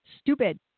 stupid